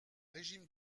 régime